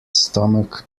stomach